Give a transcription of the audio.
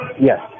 Yes